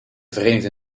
verenigde